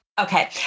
okay